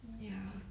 ya